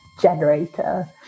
generator